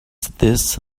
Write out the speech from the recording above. this